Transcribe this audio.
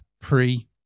pre-